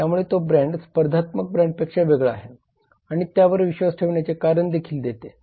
त्यामुळे तो ब्रँड स्पर्धात्मक ब्रँडपेक्षा वेगळा आहे आणि त्यावर विश्वास ठेवण्याचे कारण देखील देते